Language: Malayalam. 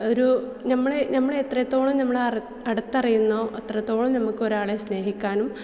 ഒരു നമ്മൾ നമ്മൾ എത്രത്തോളം നമ്മളെ അടുത്തറിയുന്നോ അത്രത്തോളം നമുക്ക് ഒരാളെ സ്നേഹിക്കാനും